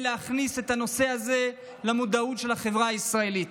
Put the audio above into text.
כדי להכניס את הנושא הזה למודעות של החברה הישראלית.